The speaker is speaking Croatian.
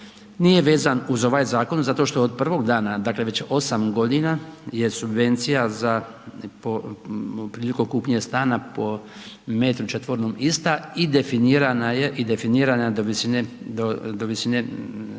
nije vezan uz ovaj zakon zašto je od prvog dana, dakle već 8 godina je subvencija za po, prilikom kupnje stana po metru četvornom ista i definirana do visine cijene